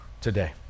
today